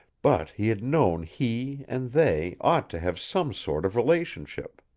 but he had known he and they ought to have some sort of relationship.